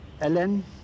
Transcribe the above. Ellen